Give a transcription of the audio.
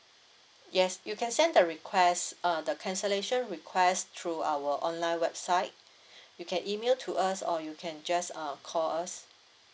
yes you can send the request uh the cancellation request through our online website you can email to us or you can just uh call us